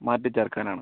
മാറ്റി ചേർക്കാനാണ്